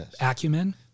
acumen